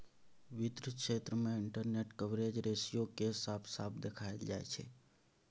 वित्त क्षेत्र मे इंटरेस्ट कवरेज रेशियो केँ साफ साफ देखाएल जाइ छै